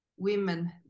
women